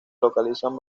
localizan